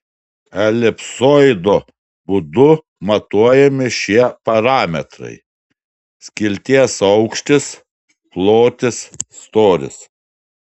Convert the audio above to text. elipsoido būdu matuojami šie parametrai skilties aukštis plotis storis